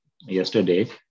yesterday